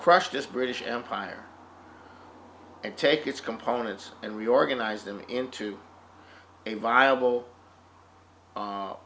crush this british empire and take its components and reorganize them into a viable